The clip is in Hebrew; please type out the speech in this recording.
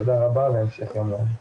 תודה רבה והמשך יום נעים.